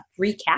Recap